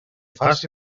faci